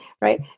right